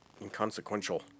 inconsequential